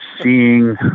Seeing